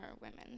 women